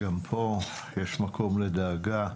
גם פה יש מקום לדאגה.